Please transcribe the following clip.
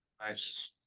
Nice